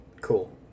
Cool